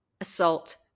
assault